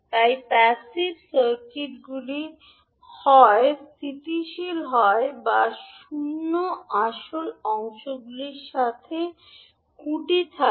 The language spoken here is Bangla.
তাই প্যাসিভ সার্কিটগুলি হয় স্থিতিশীল হয় বা শূন্য আসল অংশগুলির সাথে খুঁটি থাকে